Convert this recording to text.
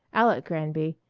alec granby,